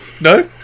No